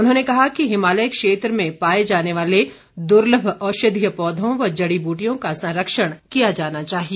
उन्होंने कहा कि हिमालय क्षेत्र में पाए जाने वाले दुर्लभ औषधीय पौधों व जड़ीबूटियों का संरक्षण किया जाना चाहिए